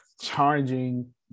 charging